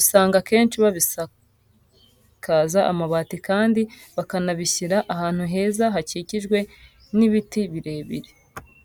usanga akenshi babisakaza amabati kandi bakanabishyira ahantu heza hakikijwe n'ibiti birebire.